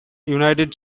united